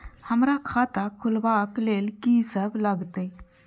हमरा खाता खुलाबक लेल की सब लागतै?